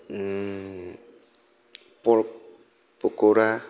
पर्क पक'रा